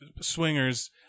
Swingers